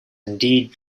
indeed